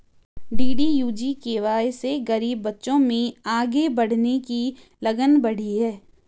DDU GKY से गरीब बच्चों में आगे बढ़ने की लगन बढ़ी है